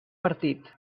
partit